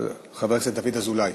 חבר הכנסת דוד אזולאי.